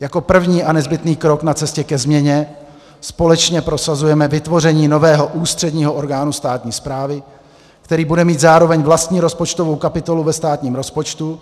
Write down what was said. Jako první a nezbytný krok ke změně společně prosazujeme vytvoření nového ústředního orgánu státní správy, který bude mít zároveň vlastní rozpočtovou kapitolu ve státním rozpočtu,